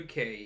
UK